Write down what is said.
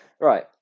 right